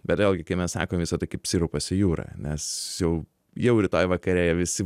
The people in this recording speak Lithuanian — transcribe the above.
bet vėlgi kai mes sakom visa tai kaip sirupas į jūrą nes jau jau rytoj vakare jie visi